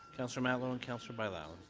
councillor matlow and councillor bailao.